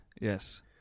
Yes